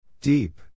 Deep